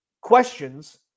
questions